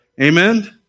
Amen